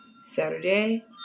saturday